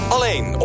Alleen